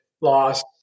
loss